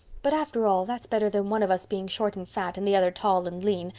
but after all that's better than one of us being short and fat and the other tall and lean,